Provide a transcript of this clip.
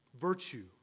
virtue